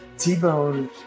T-Bone